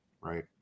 Right